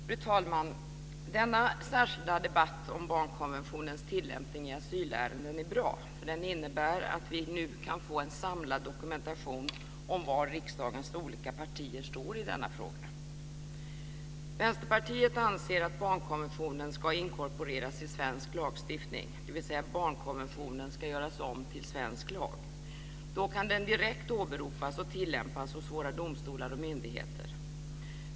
Fru talman! Denna särskilda debatt om barnkonventionens tillämpning i asylärenden är bra. Den innebär att vi nu kan få en samlad dokumentation om var riksdagens olika partier står i denna fråga. Vänsterpartiet anser att barnkonventionen ska inkorporeras i svensk lagstiftning, dvs. att barnkonventionen ska göras om till svensk lag. Då kan den direkt åberopas och tillämpas hos våra domstolar och myndigheter.